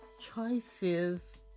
Choices